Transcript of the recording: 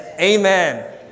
amen